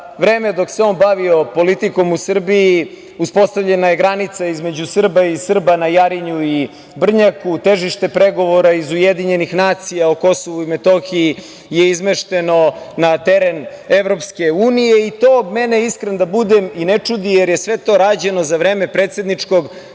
vreme dok se on bavio politikom u Srbiji, uspostavljena je granica između Srba i Srba na Jarinju i Brnjaku, težište pregovora iz UN o KiM je izmešteno na teren EU. To mene, iskren da budem, i ne čudi, jer je sve to rađeno za vreme predsedničkog